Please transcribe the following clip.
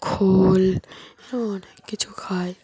খোল আরও অনেক কিছু খায়